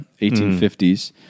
1850s